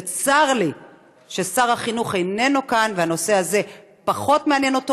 וצר לי ששר החינוך איננו כאן והנושא הזה פחות מעניין אותו.